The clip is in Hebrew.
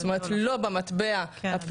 זאת אומרת לא במטבע הפעילות,